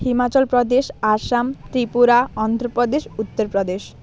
Himachal Pradesh Assam Tripura Andhra Pradesh Uttar Pradesh